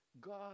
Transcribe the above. God